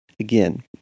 again